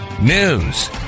news